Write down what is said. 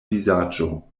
vizaĝo